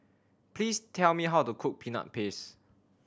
please tell me how to cook Peanut Paste